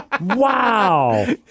Wow